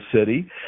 city